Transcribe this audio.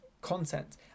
content